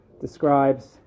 describes